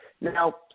Now